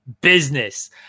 business